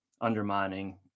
undermining